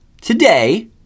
today